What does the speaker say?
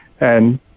And-